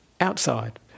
outside